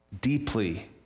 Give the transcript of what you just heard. deeply